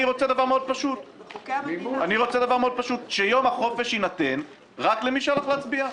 אני רוצה דבר מאוד פשוט והוא שיום החופש יינתן רק למי שהלך להצביע.